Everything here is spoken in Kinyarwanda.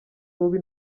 mubi